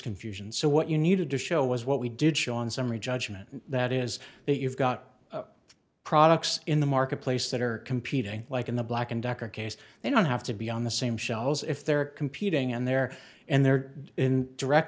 confusion so what you needed to show was what we did show on summary judgment that is that you've got products in the marketplace that are competing like in the black and decker case they don't have to be on the same shelves if they're competing and they're and they're in direct